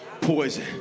Poison